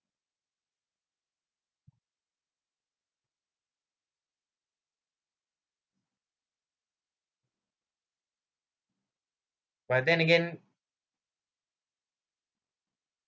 but then again